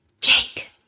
Jake